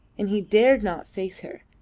and he dared not face her.